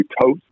toast